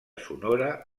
sonora